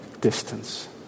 distance